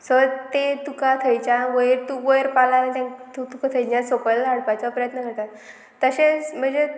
so ते तुका थंयच्यान वयर तूं वयर पाल तुका थंयच्या सकयल धाडपाचो प्रयत्न करतात तशेंच म्हणजे